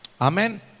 Amen